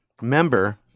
member